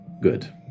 Good